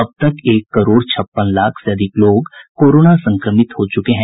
अब तक एक करोड़ छप्पन लाख से अधिक लोग कोरोना संक्रमित हो चुके हैं